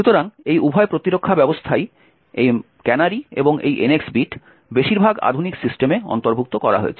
সুতরাং এই উভয় প্রতিরক্ষা ব্যবস্থাই এই ক্যানারি এবং এই NX বিট বেশিরভাগ আধুনিক সিস্টেমে অন্তর্ভুক্ত করা হয়েছে